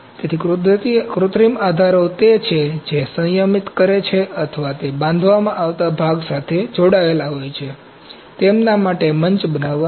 તેથી કૃત્રિમ આધારો તે છે જે સંયમિત કરે છે અથવા તે બાંધવામાં આવતા ભાગ સાથે જોડાયેલા હોય છે તેમના માટે મંચ બનાવવા માટે